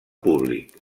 públic